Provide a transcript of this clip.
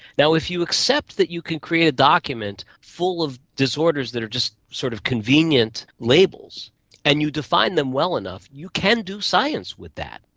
now, if you accept that that you can create a document full of disorders that are just sort of convenient labels and you define them well enough, you can do science with that,